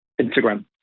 Instagram